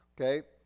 Okay